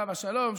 עליו השלום,